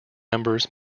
members